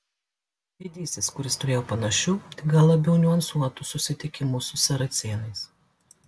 didysis kuris turėjo panašių tik gal labiau niuansuotų susitikimų su saracėnais